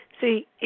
See